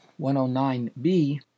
109b